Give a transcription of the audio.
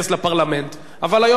אבל היום אולי קרתה תקלה,